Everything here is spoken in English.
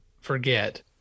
forget